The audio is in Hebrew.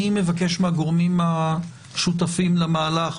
אני מבקש מהגורמים השותפים למהלך,